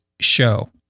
Show